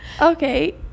okay